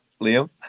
Liam